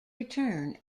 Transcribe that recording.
return